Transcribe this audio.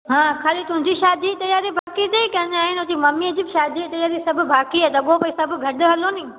हा खाली तूंहिंजी शादीअ जी त्यारी बाक़ी अथई कि अञा आहे न तुंहिंजी ममीअ जी बी शादीअ जी त्यारी सभु बाक़ी आहे त अॻो पोइ ई सभु गॾु हलो नी